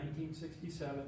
1967